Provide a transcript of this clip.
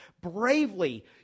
bravely